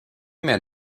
men